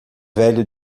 velho